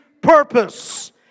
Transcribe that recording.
purpose